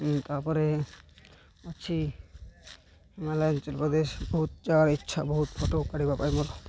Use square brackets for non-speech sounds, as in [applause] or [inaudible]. ତା'ପରେ ଅଛି ହିମାଞ୍ଚଳ ପ୍ରଦେଶ ବହୁତ [unintelligible] ମୋର